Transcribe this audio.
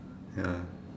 ya